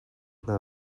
hna